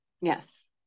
Yes